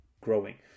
growing